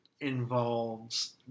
involves